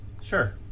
Sure